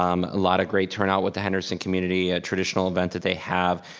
um a lot of great turnout with the henderson community, a traditional event that they have.